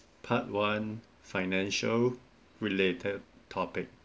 part one financial related topic